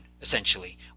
essentially